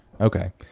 Okay